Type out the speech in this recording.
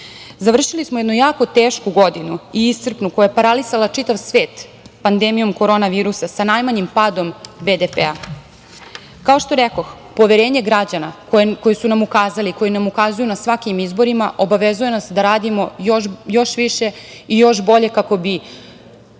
Završili smo jednu jako tešku godinu i iscrpnu, koja je paralisala čitav svet pandemijom korona virusa sa najmanjim padom BDP.Kao što rekoh, poverenje građana koje su nam ukazali, koje nam ukazuju na svakim izborima, obavezuje nas da radimo još više i još bolje kako bi